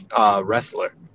wrestler